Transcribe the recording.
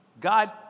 God